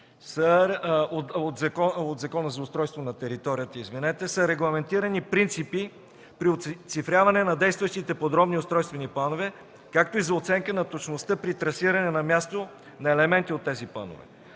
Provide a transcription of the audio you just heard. от Закона за устройството на територията, са регламентирани принципи при оцифряване на действащите подробни устройствени планове, както и за оценка на точността при трасиране на място на елементи от тези планове.